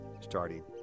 starting